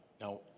Now